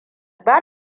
ba